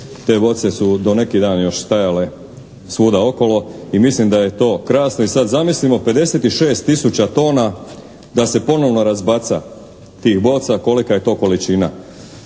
Te boce su do neki dan još stajale svuda okolo i mislim da je to krasno. I sad zamislimo 56 tisuća tona da se ponovno razbaca tih boca, kolika je to količina.